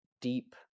deep